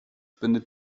bindet